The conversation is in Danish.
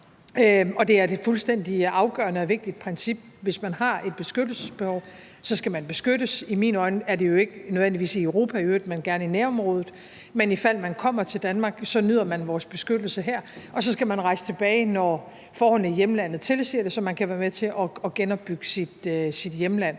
afgørende og vigtigt princip, at hvis man har et beskyttelsesbehov, skal man beskyttes. I mine øjne er det jo ikke nødvendigvis i Europa i øvrigt, men gerne i nærområdet. Men i fald man kommer til Danmark, nyder man vores beskyttelse her, og så skal man rejse tilbage, når forholdene i hjemlandet tilsiger det, så man kan være med til at genopbygge sit hjemland.